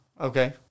Okay